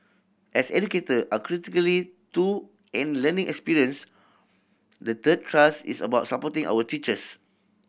as educator are critically to any learning experience the third thrust is about supporting our teachers